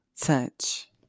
touch